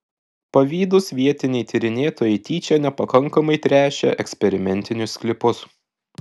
pavydūs vietiniai tyrinėtojai tyčia nepakankamai tręšė eksperimentinius sklypus